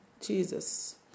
Jesus